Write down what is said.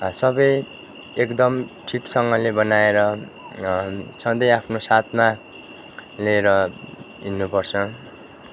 सबै एकदम ठिकसँगले बनाएर सधैँ आफ्नो साथमा लिएर हिँड्नुपर्छ